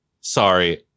sorry